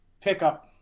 pickup